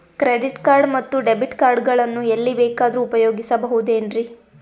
Credit card ಮತ್ತು debit card ಗಳನ್ನು ಎಲ್ಲಿ ಬೇಕಾದ್ರು ಉಪಯೋಗಿಸಬಹುದೇನ್ರಿ?